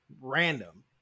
random